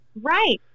Right